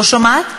לא שומעת.